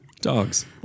dogs